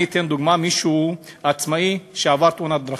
אני אתן דוגמה: מישהו עצמאי שעבר תאונת דרכים,